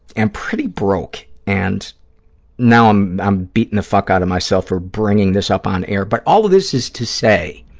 am pretty broke and now i'm i'm beating the fuck out of myself for bringing this up on air, but all this is to say,